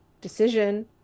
decision